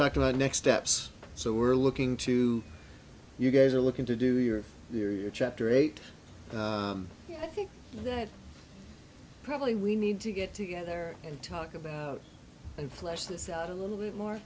talked about next steps so we're looking to you guys are looking to do here we're chapter eight i think that probably we need to get together and talk about and flesh this out a little bit more